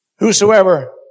Whosoever